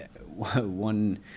one